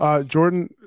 Jordan